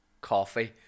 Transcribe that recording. Coffee